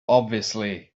obviously